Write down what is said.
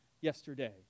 yesterday